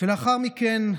ולאחר מכן,